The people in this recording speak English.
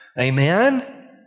Amen